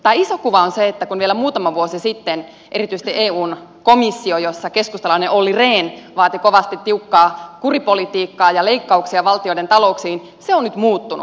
mutta se iso kuva kun vielä muutama vuosi sitten erityisesti eun komissiossa keskustalainen olli rehn vaati kovasti tiukkaa kuripolitiikkaa ja leikkauksia valtioiden talouksiin on nyt muuttunut